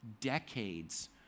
decades